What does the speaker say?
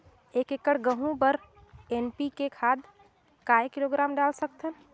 एक एकड़ गहूं बर एन.पी.के खाद काय किलोग्राम डाल सकथन?